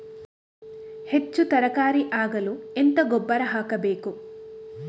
ಹೆಚ್ಚು ತರಕಾರಿ ಆಗಲು ಎಂತ ಗೊಬ್ಬರ ಹಾಕಬೇಕು?